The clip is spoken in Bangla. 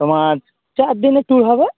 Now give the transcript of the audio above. তোমার চার দিনের ট্যুর হবে